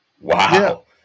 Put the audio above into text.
Wow